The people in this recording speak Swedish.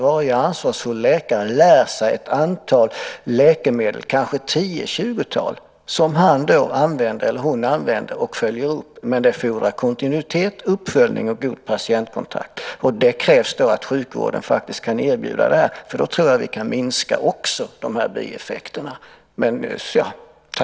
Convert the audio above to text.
Varje ansvarsfull läkare lär sig ett antal läkemedel, kanske ett tiotal eller tjugotal, som han eller hon använder och följer upp. Det fordrar kontinuitet, uppföljning och god patientkontakt. Det krävs att sjukvården kan erbjuda det. Då tror jag att vi kan minska också bieffekterna.